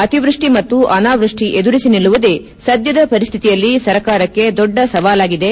ಅತಿವೃಷ್ಟಿ ಮತ್ತು ಅನಾವೃಷ್ಟಿ ಎದುರಿಸಿ ನಿಲ್ಲುವುದೇ ಸದ್ದದ ಪರಿಸ್ತಿತಿಯಲ್ಲಿ ಸರ್ಕಾರಕ್ಕೆ ದೊಡ್ಡ ಸವಾಲಾಗಿದೆ